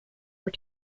were